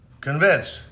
convinced